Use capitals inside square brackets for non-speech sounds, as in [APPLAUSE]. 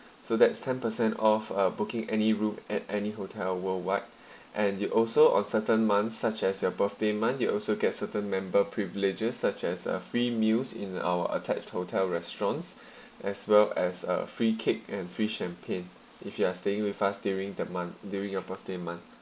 so that's ten per cent of uh booking any room at any hotel worldwide and you also on certain months such as your birthday month you also get certain member privileges such as a free meals in our attached hotel restaurants [BREATH] as well as a free cake and free champagne if you are staying with us during the month during your birthday month